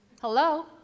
hello